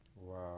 Wow